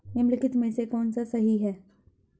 निम्नलिखित में से कौन सा सही है?